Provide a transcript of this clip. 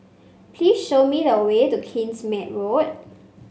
please show me the way to Kingsmead Road